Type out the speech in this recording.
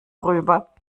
rüber